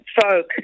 folk